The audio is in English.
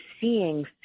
seeing